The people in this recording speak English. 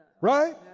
Right